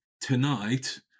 tonight